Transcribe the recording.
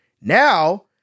Now